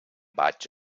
vaig